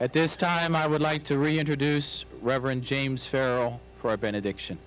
at this time i would like to reintroduce reverend james benediction